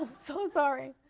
ah so sorry.